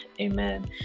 Amen